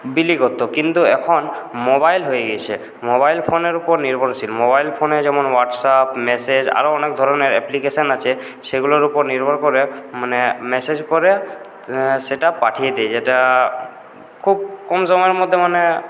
বিলি করত কিন্তু এখন মোবাইল হয়ে গিয়েছে মোবাইল ফোনের উপর নির্ভরশীল মোবাইল ফোনে যেমন হোয়াটসঅ্যাপ মেসেজ আরও অনেক ধরনের অ্যাপ্লিকেশান আছে সেগুলোর উপর নির্ভর করে মানে মেসেজ করে সেটা পাঠিয়ে দেয় যেটা খুব কম সময়ের মধ্যে মানে